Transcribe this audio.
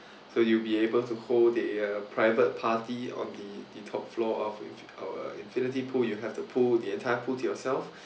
so you'll be able to hold a uh private party on the the top floor of our infinity pool you have to pool the entire pool to yourself